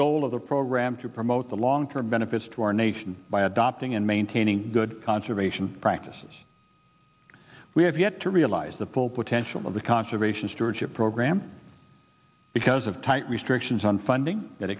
goal of the program to promote the long term benefits to our nation by adopting and maintaining good conservation practices we have yet to realize the full potential of the conservation stewardship program because of tight restrictions on funding that